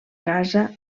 casa